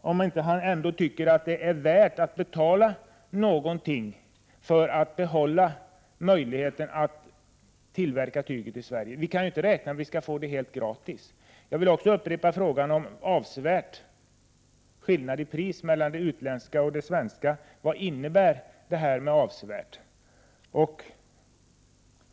om han ändå inte anser det vara värt att betala någonting för att kunna behålla möjligheten till tillverkning av tyget i Sverige. Vi kan inte räkna med att det går att få det helt gratis. Jag vill också upprepa min fråga om begreppet ”avsevärt”. Vad innebär en avsevärd skillnad i pris mellan de utländska och de svenska företagen?